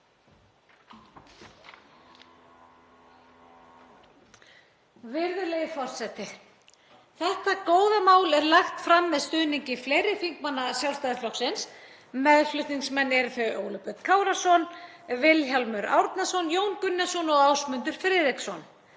Virðulegi forseti. Þetta góða mál er lagt fram með stuðningi fleiri þingmanna Sjálfstæðisflokksins. Meðflutningsmenn eru þau Óli Björn Kárason, Vilhjálmur Árnason, Jón Gunnarsson og Ásmundur Friðriksson.